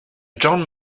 john